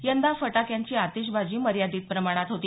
यंदा फटाक्यांची आतिषबाजी मर्यादित प्रमाणात होती